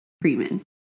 Freeman